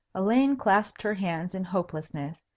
elaine clasped her hands in hopelessness,